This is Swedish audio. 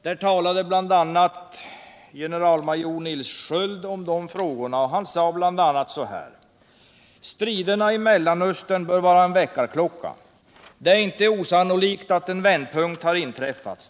Där talade bl.a. generallöjtnant Nils Sköld om dessa frågor och yttrade: "Striderna t Mellanöstern bör vara en väckarklocka. Det är inte osannolikt att en vändpunkt inträffat.